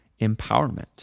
empowerment